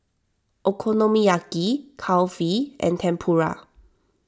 Okonomiyaki Kulfi and Tempura